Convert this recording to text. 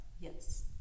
Yes